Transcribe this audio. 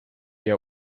yet